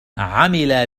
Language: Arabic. عمل